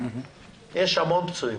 יש המון פצועים.